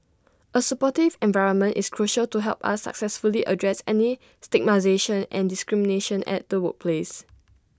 A supportive environment is crucial to help us successfully address any stigmatisation and discrimination at the workplace